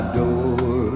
door